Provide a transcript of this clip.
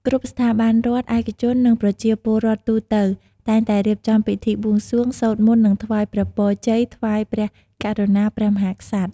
គ្រប់ ស្ថាប័នរដ្ឋ ឯកជន និង ប្រជាពលរដ្ឋទូទៅ តែងតែរៀបចំ ពិធីបួងសួង សូត្រមន្ត និង ថ្វាយព្រះពរជ័យ ថ្វាយ ព្រះករុណាព្រះមហាក្សត្រ។